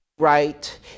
right